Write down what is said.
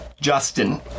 Justin